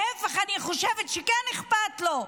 אני חושבת שכן אכפת לו,